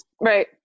Right